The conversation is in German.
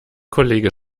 kollege